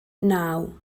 naw